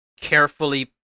carefully